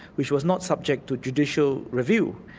which was not subject to judicial review,